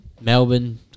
Melbourne